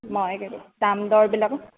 মই দাম দৰবিলাক